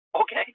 Okay